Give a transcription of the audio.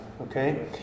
Okay